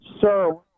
sir